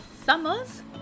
Summer's